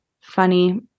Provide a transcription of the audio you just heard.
funny